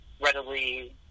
readily